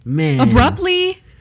abruptly